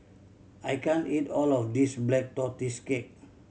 I can't eat all of this Black Tortoise Cake